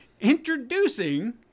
Introducing